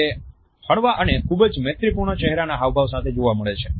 તે હળવા અને ખૂબ જ મૈત્રીપૂર્ણ ચેહરાના હાવભાવ સાથે જોવા મળે છે